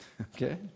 Okay